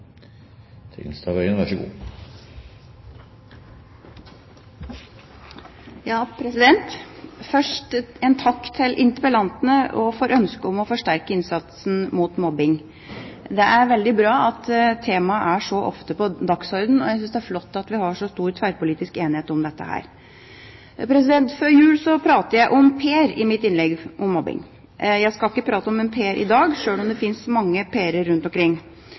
veldig bra at temaet er så ofte på dagsordenen, og jeg synes det er flott at vi har så stor tverrpolitisk enighet om dette. Før jul snakket jeg om Per i mitt innlegg om mobbing. Jeg skal ikke snakke om Per i dag, sjøl om det finnes mange Per-er rundt omkring.